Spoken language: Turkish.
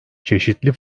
çeşitli